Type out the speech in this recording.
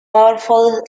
powerful